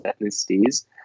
ethnicities